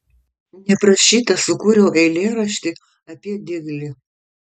neprašyta sukūriau eilėraštį apie diglį